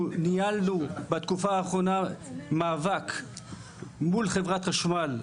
אנחנו ניהלנו בתקופה האחרונה מאבק מול חברת חשמל,